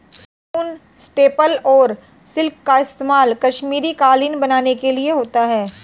ऊन, स्टेपल और सिल्क का इस्तेमाल कश्मीरी कालीन बनाने के लिए होता है